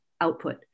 output